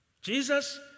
Jesus